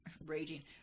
raging